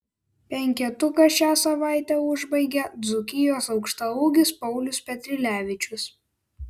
penketuką šią savaitę užbaigia dzūkijos aukštaūgis paulius petrilevičius